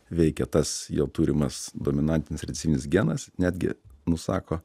veikia tas jau turimas dominantinis recyvinis genas netgi nusako